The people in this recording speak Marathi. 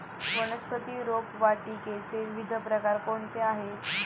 वनस्पती रोपवाटिकेचे विविध प्रकार कोणते आहेत?